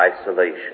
isolation